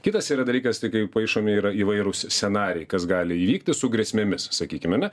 kitas yra dalykas tai kai paišomi yra įvairūs s scenarijai kas gali įvykti su grėsmėmis sakykim ane